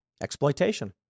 Exploitation